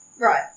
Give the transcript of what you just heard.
Right